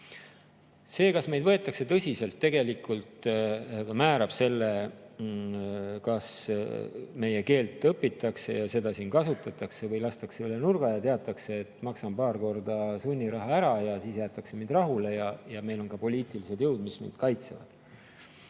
See, kas meid võetakse tõsiselt, määrab tegelikult ka selle, kas meie keelt õpitakse ja seda siin kasutatakse või lastakse üle nurga ja teatakse, et maksan paar korda sunniraha ära ja siis jäetakse mind rahule, ja meil on ka poliitilised jõud, mis mind kaitsevad.